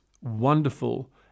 wonderful